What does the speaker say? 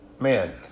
Man